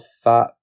Fat